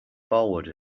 forward